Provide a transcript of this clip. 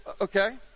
okay